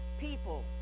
people